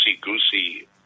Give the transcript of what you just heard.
goosey